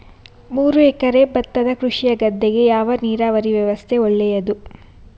ಮೂರು ಎಕರೆ ಭತ್ತದ ಕೃಷಿಯ ಗದ್ದೆಗೆ ಯಾವ ನೀರಾವರಿ ವ್ಯವಸ್ಥೆ ಒಳ್ಳೆಯದು?